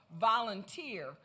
volunteer